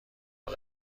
فقط